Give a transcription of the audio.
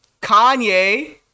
Kanye